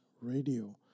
Radio